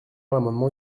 l’amendement